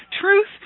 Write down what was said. truth